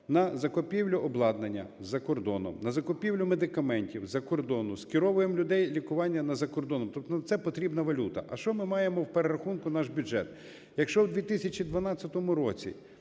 на закупівлю обладнання за кордоном, на закупівлю медикаментів з-за кордону, скеровуємо людей на лікування за кордоном. Тобто це потрібна валюта. А що ми маємо в перерахунку наш бюджет? Якщо в 2012 році